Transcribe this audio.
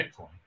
Bitcoin